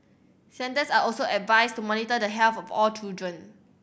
centres are also advised to monitor the health of all children